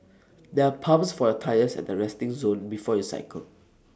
there are pumps for your tyres at the resting zone before you cycle